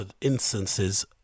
instances